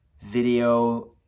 video